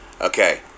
Okay